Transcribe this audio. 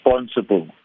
responsible